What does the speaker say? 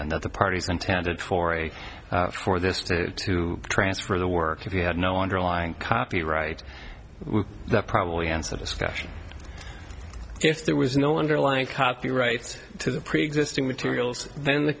that the parties intended for a for this to transfer the work if you had no underlying copyright that probably answer this question if there was no underlying copyrights to the preexisting materials then the